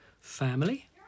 family